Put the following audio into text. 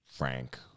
Frank